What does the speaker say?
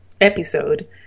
episode